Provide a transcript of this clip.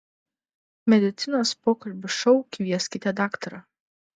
medicinos pokalbių šou kvieskite daktarą